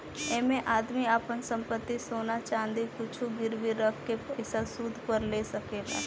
ऐइमे आदमी आपन संपत्ति, सोना चाँदी कुछु गिरवी रख के पइसा सूद पर ले सकेला